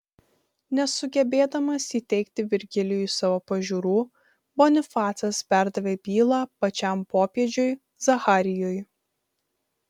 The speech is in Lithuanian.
nesugebėdamas įteigti virgilijui savo pažiūrų bonifacas perdavė bylą pačiam popiežiui zacharijui